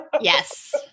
Yes